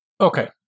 okay